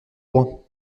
droit